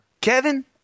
Kevin